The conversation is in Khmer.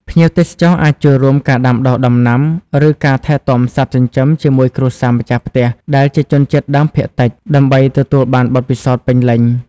ភ្ញៀវទេសចរអាចចូលរួមការដាំដុះដំណាំ ឬការថែទាំសត្វចិញ្ចឹមជាមួយគ្រួសារម្ចាស់ផ្ទះដែលជាជនជាតិដើមភាគតិច ដើម្បីទទួលបានបទពិសោធន៍ពេញលេញ។